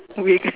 weak